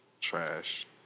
trash